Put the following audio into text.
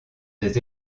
des